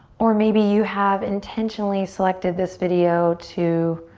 or maybe you have intentionally selected this video to